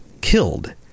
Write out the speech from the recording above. killed